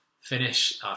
finish